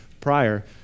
prior